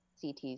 CT